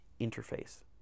interface